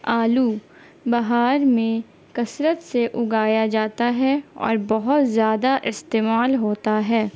آلو بہار میں کثرت سے اگایا جاتا ہے اور بہت زیادہ استعمال ہوتا ہے